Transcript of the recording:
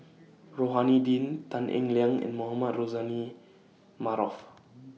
Rohani Din Tan Eng Liang and Mohamed Rozani Maarof